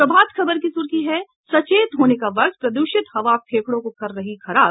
प्रभात खबर की सुर्खी है सचेत होने का वक्त प्रदूषित हवा फेफड़े को कर रही खराब